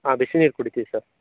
ಹಾಂ ಬಿಸಿ ನೀರು ಕುಡಿತೀವಿ ಸರ್